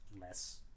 less